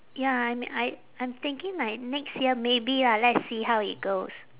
ya I'm I I'm thinking like next year maybe lah let's see how it goes